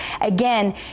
again